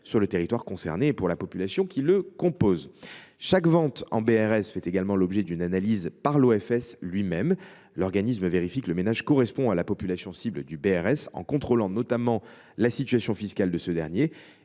sur le territoire concerné et pour la population qui y réside. Chaque vente en BRS fait également l’objet d’une analyse par l’OFS lui même. L’organisme vérifie que le ménage correspond à la population cible du BRS en contrôlant notamment la situation fiscale de ce dernier